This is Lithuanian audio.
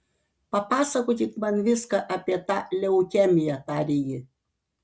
papasakokit man viską apie tą leukemiją tarė ji